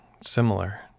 similar